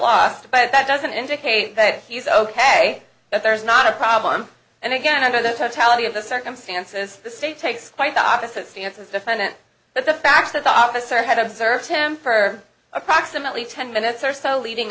lost but that doesn't indicate that he's ok that there is not a problem and again under the totality of the circumstances the state takes quite the opposite stance as a defendant but the fact that the officer had observed him for approximately ten minutes or so leading